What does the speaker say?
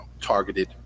targeted